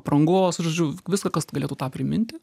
aprangos žodžiu viską kas galėtų tą priminti